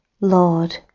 lord